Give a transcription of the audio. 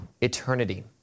eternity